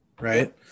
right